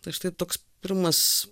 tai štai toks pirmas